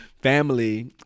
family